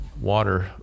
water